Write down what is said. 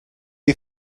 you